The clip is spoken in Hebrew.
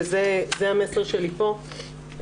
וזה המסר שלי פה,